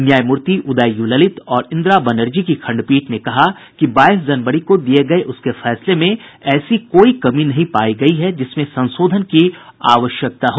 न्यायमूति Uday U Lalit और इंद्रा बनर्जी की खण्डपीठ ने कहा कि बाईस जनवारी को दिये गये उसके फैसले में ऐसी कोई कमी नहीं पायी गयी है जिसमें संशोधन की आवश्यकता हो